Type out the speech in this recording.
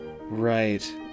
Right